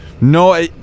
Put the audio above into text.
No